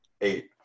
Eight